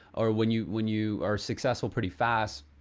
or when you when you are successful pretty fast,